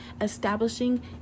establishing